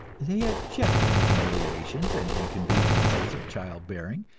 they object to the humiliations and inconveniences of child bearing,